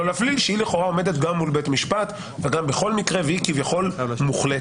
להפליל שהיא לכאורה עומדת גם מול בית משפט בכל מקרה והיא כביכול מוחלטת.